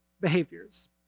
behaviors